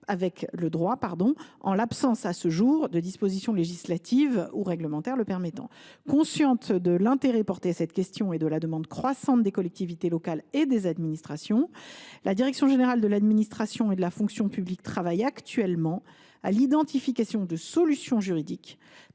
avec le droit, en l’absence, à ce jour, de dispositions législatives ou réglementaires permettant de le faire. Consciente de l’intérêt porté à cette question et de la demande croissante des collectivités et des administrations, la direction générale de l’administration et de la fonction publique (DGAFP) travaille actuellement à l’identification de solutions juridiques